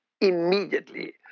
immediately